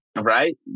right